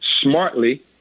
smartly